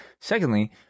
Secondly